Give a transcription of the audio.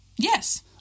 Yes